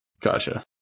Gotcha